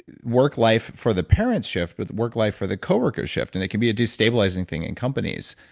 work life for the parents shift, but work life for the coworkers shift. and it can be a destabilizing thing in companies,